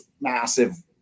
massive